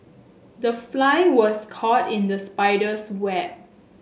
the fly was caught in the spider's web